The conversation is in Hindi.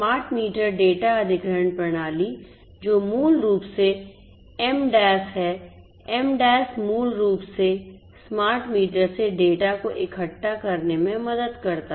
स्मार्ट मीटर डेटा अधिग्रहण प्रणाली जो मूल रूप से MDAS है MDAS मूल रूप से स्मार्ट मीटर से डेटा को इकट्ठा करने में मदद करता है